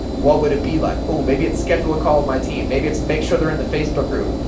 what would it be like, oh, maybe it's schedule a call with my team. maybe it's make sure they're in the facebook group.